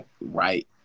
Right